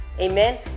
Amen